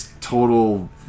total